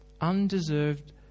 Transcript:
Undeserved